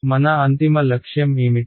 మన అంతిమ లక్ష్యం ఏమిటి